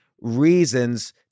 reasons